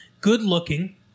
good-looking